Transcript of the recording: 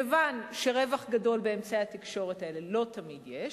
כיוון שרווח גדול באמצעי התקשורת האלה לא תמיד יש,